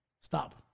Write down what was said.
Stop